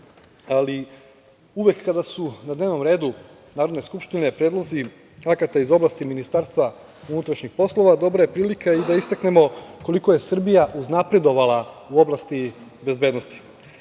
Ali, uvek kada su na dnevnom redu Narodne skupštine predlozi akata iz oblasti MUP-a, dobra je prilika i da istaknemo koliko je Srbija uznapredovala u oblasti bezbednosti. Imali